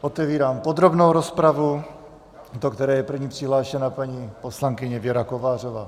Otevírám podrobnou rozpravu, do které je první přihlášena paní poslankyně Věra Kovářová.